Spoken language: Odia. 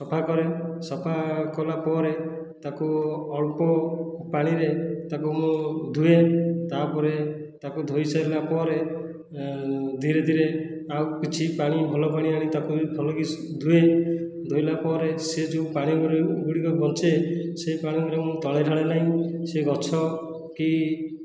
ସଫା କରେ ସଫା କଲା ପରେ ତାକୁ ଅଳ୍ପ ପାଣିରେ ତାକୁ ମୁଁ ଧୁଏ ତାପରେ ତାକୁ ଧୋଇ ସାରିଲା ପରେ ଧୀରେ ଧୀରେ ଆଉ କିଛି ପାଣି ଭଲ ପାଣି ଆଣି ତାକୁ ବି ଭଲ କି ଧୁଏ ଧୋଇଲା ପରେ ସେ ଯେଉଁ ପାଣି ଗୁଡ଼ିକ ବଞ୍ଚେ ସେ ପାଣି ଗୁରା ମୁଁ ତଳେ ଢାଳେ ନାହିଁ ସେ ଗଛ କି